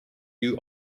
you